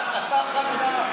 אבל השר חמד עמאר,